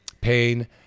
pain